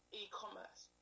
e-commerce